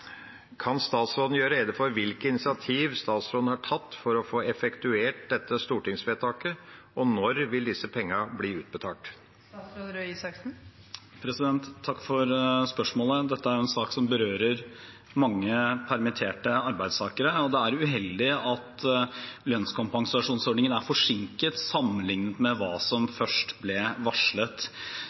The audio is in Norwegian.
Kan statsråden gjøre rede for hvilke initiativ statsråden har tatt for å få effektuert dette stortingsvedtaket, og når vil disse pengene blir utbetalt?» Takk for spørsmålet. Dette er en sak som berører mange permitterte arbeidstakere, og det er uheldig at lønnskompensasjonsordningen er forsinket sammenlignet med hva som først ble varslet.